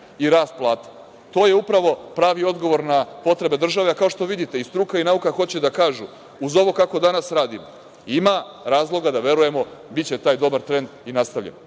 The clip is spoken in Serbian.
i rast plata. To je upravo pravi odgovor na potrebe države. Kao što vidite, i struka i nauka hoće da kažu, uz ovo kako danas radimo, ima razloga da verujemo, biće taj dobar trend i nastavljamo.